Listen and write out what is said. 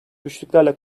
güçlüklerle